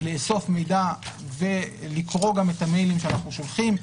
לאסוף מידע ולקרוא גם את המיילים שאנחנו שולחים.